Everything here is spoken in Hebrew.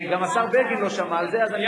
גם השר בגין לא שמע על זה, אז אני לא יודע.